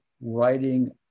writing